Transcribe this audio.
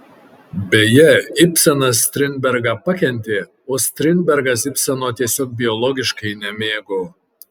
beje ibsenas strindbergą pakentė o strindbergas ibseno tiesiog biologiškai nemėgo